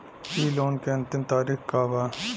इ लोन के अन्तिम तारीख का बा?